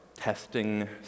testing